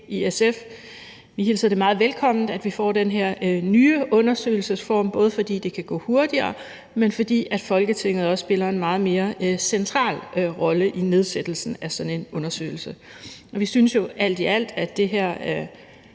Vi hilser det meget velkommen, at vi får den her nye undersøgelsesform, både fordi det kan gå hurtigere, men også fordi Folketinget spiller en meget mere central rolle i nedsættelsen af sådan en undersøgelse. Vi synes jo alt i alt, at det her